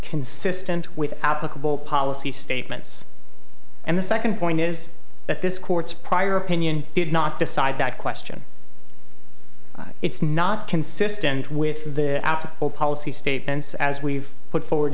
consistent with outlook of all policy statements and the second point is that this court's prior opinion did not decide that question it's not consistent with the whole policy statements as we've put forward